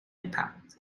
impact